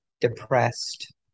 depressed